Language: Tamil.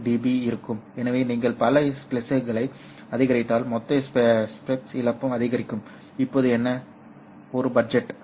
5dB இருக்கும் எனவே நீங்கள் பல ஸ்ப்ளைஸ்களை அதிகரித்தால் மொத்த ஸ்பைஸ் இழப்பும் அதிகரிக்கும் இப்போது என்ன ஒரு பட்ஜெட்